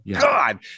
God